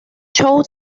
shows